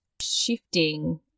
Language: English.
shifting